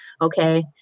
okay